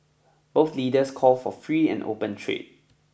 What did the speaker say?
both leaders call for free and open trade